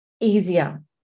easier